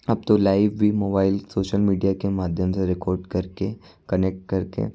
अब तो लाईव भी मोबाइल सोशल मीडिया के माध्यम से रिकॉर्ड करके कनेक्ट करके